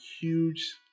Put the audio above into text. huge